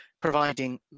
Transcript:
providing